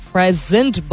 Present